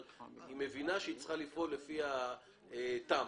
אבל היא מבינה שהיא צריכה לפעול לפי התמ"א.